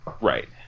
Right